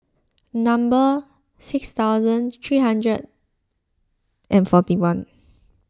number six thousand three hundred and forty one